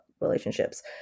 relationships